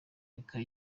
reka